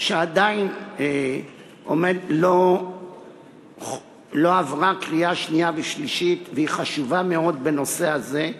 שעדיין לא עברה קריאה שנייה ושלישית והיא חשובה מאוד בנושא הזה,